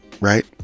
right